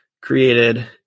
created